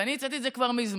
ואני הצעתי את זה כבר מזמן,